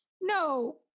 No